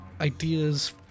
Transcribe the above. ideas